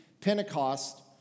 Pentecost